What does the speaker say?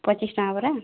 ପଚିଶ ଟଙ୍କା ପରା